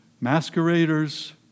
Masqueraders